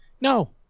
no